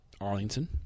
Arlington